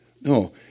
No